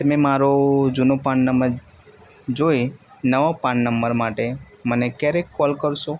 તમે મારો જૂનો પાન નંબર જોઈ નવા પાન નંબર માટે મને ક્યારે કોલ કરશો